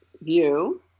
View